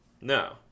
No